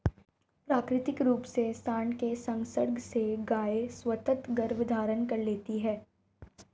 प्राकृतिक रूप से साँड के संसर्ग से गायें स्वतः गर्भधारण कर लेती हैं